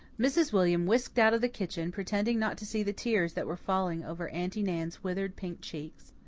mrs. william whisked out of the kitchen, pretending not to see the tears that were falling over aunty nan's withered pink cheeks.